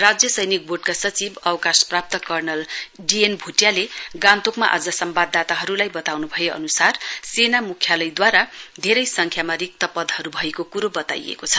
राज्य सैनिक बोर्डका सचिव अवकाशप्राप्त कर्णल डि एन भ्रेटियाले गान्तोकमा आज सम्वाददाताहरूलाई बताउन् भए अनुसार सेना मुख्यालयदवारा धेरै संख्या रिक्त पदहरू भएको क्रो बताइएको छ